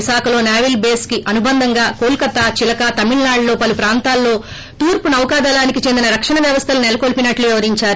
విశాఖలో సేవల్ బేస్ కి అనుబంధంగా కోల్ కత్తా చిలకా తమిళనాడులోని పలు ప్రాంతాల్లో తూర్పు నౌకాదళానికి చెందిన రక్షణ వ్యవస్థలు సెలకోల్సినట్టు వివరించారు